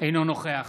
אינו נוכח